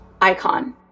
icon